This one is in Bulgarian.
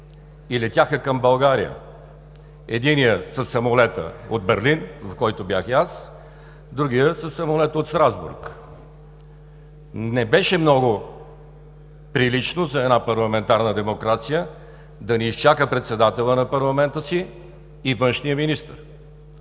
и летяха към България, единият със самолета от Берлин, в който бях и аз, другият със самолета от Страсбург. Не беше много прилично за една парламентарна демокрация да не изчака председателя на парламента си и външния министър.